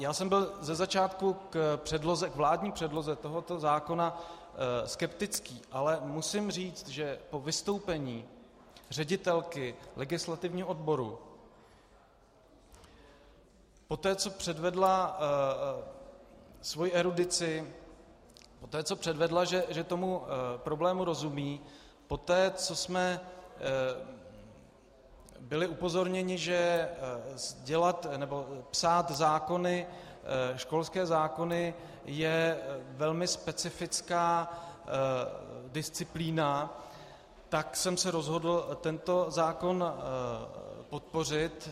Já jsem byl ze začátku k předloze, vládní předloze tohoto zákona skeptický, ale musím říct, že po vystoupení ředitelky legislativního odboru, poté co předvedla svoji erudici, poté co předvedla, že tomu problému rozumí, poté co jsme byli upozorněni, že dělat nebo psát školské zákony je velmi specifická disciplína, tak jsem se rozhodl tento zákon podpořit.